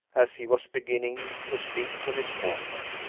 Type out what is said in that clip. as he was beginning to speak to miss portman.